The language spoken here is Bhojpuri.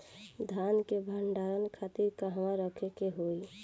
धान के भंडारन खातिर कहाँरखे के होई?